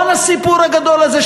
כל הסיפור הגדול הזה,